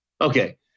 Okay